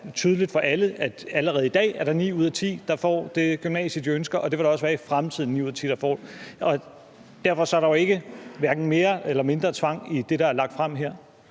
tydeligt for alle, at der allerede i dag er ni ud af ti, der kommer på det gymnasium, de ønsker, og når der også i fremtiden vil være ni ud af ti, der gør det? Derfor er der jo hverken mere eller mindre tvang i det, der er lagt frem her.